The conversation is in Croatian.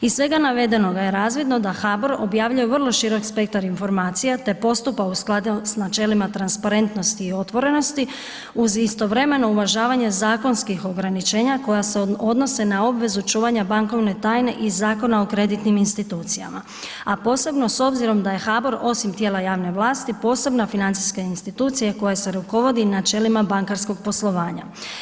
Iz svega navedenoga je razvidno da HBOR objavljuje vrlo širok spektar informacija te postupa u skladu s načelima transparentnosti i otvorenosti uz istovremeno uvažavanje zakonskih ograničenja koja se odnose na obvezu čuvanja bankovne tajne iz Zakona o kreditnim institucijama, a posebno s obzirom da je HBOR, osim tijela javne vlasti, posebna financijska institucija koja se rukovodi načelima bankarskog poslovanja.